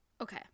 Okay